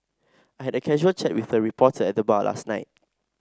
I had a casual chat with a reporter at the bar last night